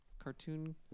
Cartoon